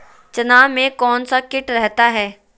चना में कौन सा किट रहता है?